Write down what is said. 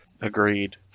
Agreed